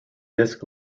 disc